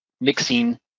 mixing